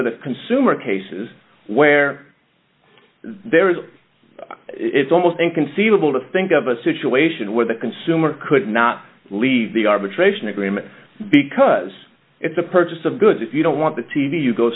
of the consumer cases where there is it's almost inconceivable to think of a situation where the consumer could not leave the arbitration agreement because it's a purchase of goods if you don't want the t v you go